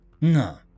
No